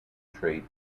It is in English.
trade